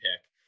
pick